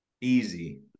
easy